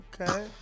Okay